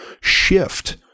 shift